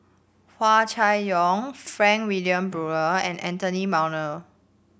Hua Chai Yong Frank Wilmin Brewer and Anthony Miller